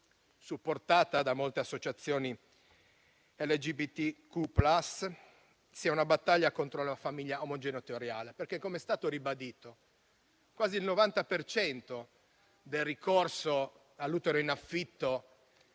supportata da molte associazioni LGBTQ+, sia una battaglia contro la famiglia omogenitoriale, perché, com'è stato ribadito, quasi il 90 per cento delle famiglie